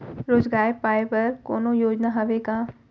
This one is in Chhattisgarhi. रोजगार पाए बर कोनो योजना हवय का?